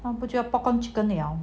啊不就是 popcorn chicken 了